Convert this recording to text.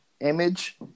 image